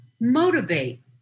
motivate